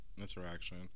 interaction